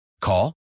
Call